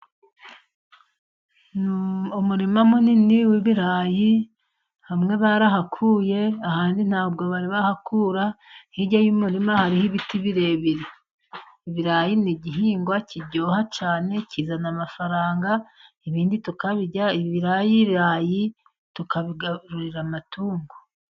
Umuma munini w'ibirayi hamwe barahakuye ahandi ntabwo bari bahakura, hirya y'umurima hari ibiti birebire. Ibirayi n'igihingwa kiryoha cyane, kizana amafaranga ibindi tukabirya. Ibirayirayi tukabigarurira amatungo.